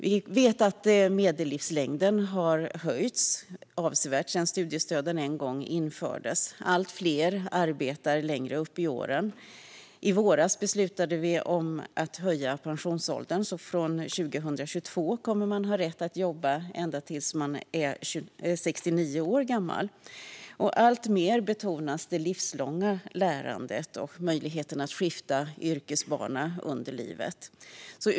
Vi vet att medellivslängden har ökat avsevärt sedan studiestöden en gång infördes. Allt fler arbetar längre upp i åren. I våras beslutade vi om att höja pensionsåldern. Från 2022 kommer man att ha rätt att jobba ända tills man är 69 år gammal. Det livslånga lärandet och möjligheten att skifta yrkesbana under livet betonas alltmer.